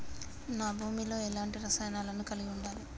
నా భూమి లో ఎలాంటి రసాయనాలను కలిగి ఉండాలి?